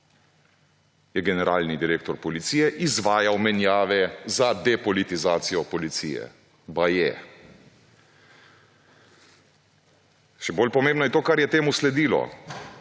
je generalni direktor policije izvajal menjave za depolitizacijo policije ‒ baje. Še bolj pomembno je to, kar je temu sledilo.